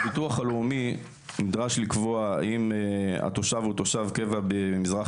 הביטוח הלאומי נדרש לקבוע האם התושב הוא תושב קבע במזרח